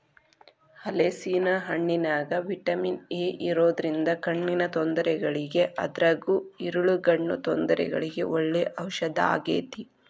ಹಲೇಸಿನ ಹಣ್ಣಿನ್ಯಾಗ vitamin A ಇರೋದ್ರಿಂದ ಕಣ್ಣಿನ ತೊಂದರೆಗಳಿಗೆ ಅದ್ರಗೂ ಇರುಳುಗಣ್ಣು ತೊಂದರೆಗಳಿಗೆ ಒಳ್ಳೆ ಔಷದಾಗೇತಿ